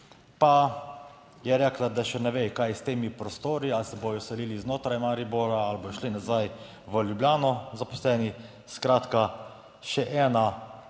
pa je rekla, da še ne ve kaj je s temi prostori, ali se bodo selili znotraj Maribora ali bodo šli nazaj v Ljubljano zaposleni. Skratka, še ena